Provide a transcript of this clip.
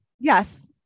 Yes